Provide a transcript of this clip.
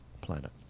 planet